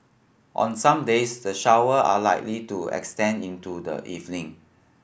on some days the shower are likely to extend into the evening